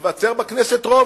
שייווצר בכנסת רוב,